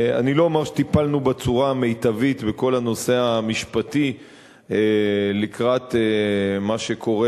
אני לא אומר שטיפלנו בצורה המיטבית בכל הנושא המשפטי לקראת מה שקורה